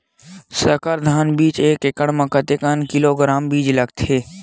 संकर धान बीज एक एकड़ म कतेक किलोग्राम बीज लगथे?